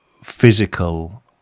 physical